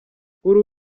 kuri